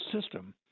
system